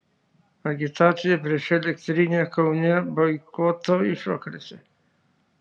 agitacija prieš elektrinę kaune boikoto išvakarėse